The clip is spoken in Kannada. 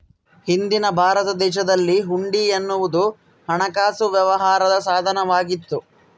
ಹಿಂದಿನ ಭಾರತ ದೇಶದಲ್ಲಿ ಹುಂಡಿ ಎನ್ನುವುದು ಹಣಕಾಸು ವ್ಯವಹಾರದ ಸಾಧನ ವಾಗಿತ್ತು